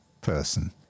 person